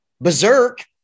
Berserk